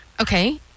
Okay